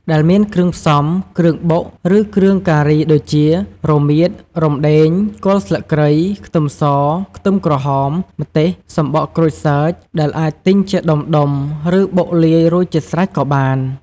ដែលមានគ្រឿងផ្សំ គ្រឿងបុក ឬគ្រឿងការីដូចជា រមៀត រំដេង គល់ស្លឹកគ្រៃ ខ្ទឹមស ខ្ទឹមក្រហម ម្ទេស សំបកក្រូចសើច ដែលអាចទិញជាដុំៗ ឬបុកលាយរួចជាស្រេចក៏បាន។